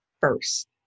first